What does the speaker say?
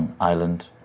island